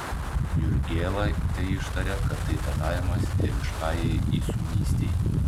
jurgėla teištarė kad tai tarnavimas dieviškajai įsūnystei